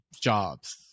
jobs